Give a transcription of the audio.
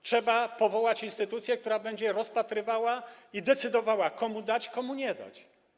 Trzeba powołać instytucję, która to będzie rozpatrywała i decydowała, komu dać, komu nie dać.